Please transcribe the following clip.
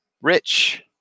Rich